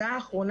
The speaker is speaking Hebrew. תהלה,